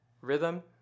Rhythm